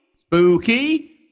Spooky